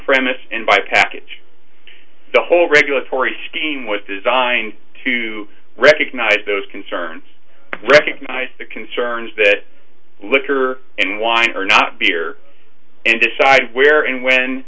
premises and by package the whole regulatory scheme with design to recognize those concerns recognize the concerns that litter and wine are not beer and decide where and when